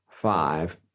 five